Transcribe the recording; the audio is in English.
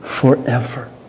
forever